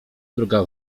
druga